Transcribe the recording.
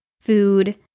food